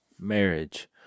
marriage